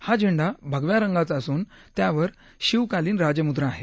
हा झेंडा भगव्या रंगाचा असून त्यावर शिवकालीन राजमुद्रा आहे